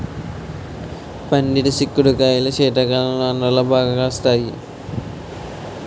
పందిరి సిక్కుడు కాయలు శీతాకాలంలో ఆంధ్రాలో బాగా కాస్తాయి